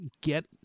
get